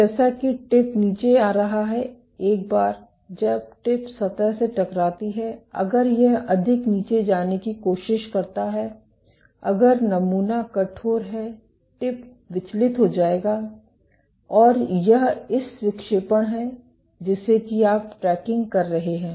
तो जैसा कि टिप नीचे आ रहा है एक बार जब टिप सतह से टकराती है अगर यह अधिक नीचे जाने की कोशिश करता है अगर नमूना कठोर है टिप विचलित हो जाएगा और यह इस विक्षेपण है जिसे कि आप ट्रैकिंग कर रहे हैं